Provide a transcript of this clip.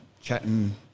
Chatting